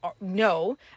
No